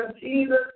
Jesus